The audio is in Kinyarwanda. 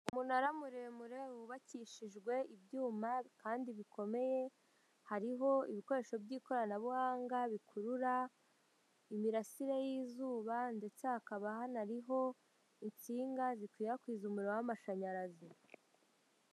Umunara muremure wubakishijwe ibyuma kandi bikomeye, hariho ibikoresho by'ikoranabuhanga bikurura imirasire y'izuba ndetse hakaba hanariho itsinga zikwirakwiza umuriro w'amashanyarazi.